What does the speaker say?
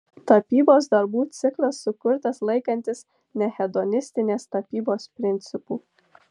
tapybos darbų ciklas sukurtas laikantis nehedonistinės tapybos principų